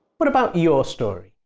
what about your story?